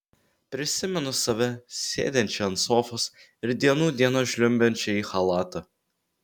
prisimenu save sėdinčią ant sofos ir dienų dienas žliumbiančią į chalatą